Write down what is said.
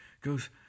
goes